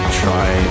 try